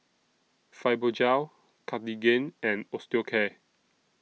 Fibogel Cartigain and Osteocare